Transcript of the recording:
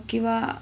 किंवा